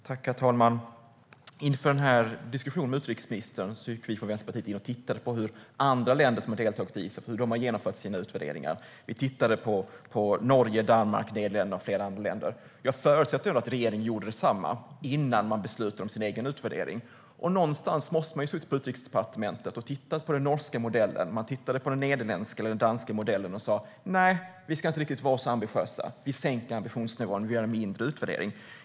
Herr talman! Inför den här diskussionen med utrikesministern gick vi från Vänsterpartiet in och tittade på hur andra länder som har deltagit i ISAF har genomfört sina utvärderingar. Vi tittade på Norge, Danmark, Nederländerna och flera andra länder. Jag förutsätter att regeringen gjorde detsamma innan man beslutade om sin egen utvärdering. Någonstans måste man ha suttit på Utrikesdepartementet, tittat på de norska, nederländska och danska modellerna och sagt: Nej, vi ska inte vara riktigt så ambitiösa. Vi sänker ambitionsnivån och gör en mindre utvärdering.